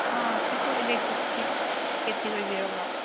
ꯑꯧ ꯁꯤꯕꯨ ꯑꯦꯂꯦꯛꯇ꯭ꯔꯤꯛꯀꯤ ꯑꯣꯏꯕꯤꯔꯕ꯭ꯔꯣ